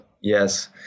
Yes